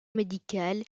médicale